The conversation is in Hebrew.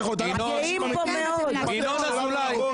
ינון אזולאי.